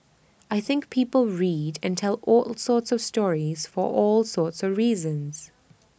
I think people read and tell all sorts of stories for all sorts reasons